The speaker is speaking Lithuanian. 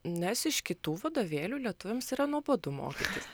nes iš kitų vadovėlių lietuviams yra nuobodu mokytis